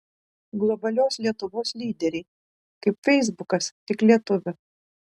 globalios lietuvos lyderiai kaip feisbukas tik lietuvių